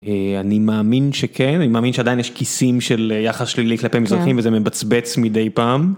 אני מאמין שכן אני מאמין שעדיין יש כיסים של יחס שלילי כלפי מזרחיים וזה מבצבץ מדי פעם.